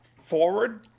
forward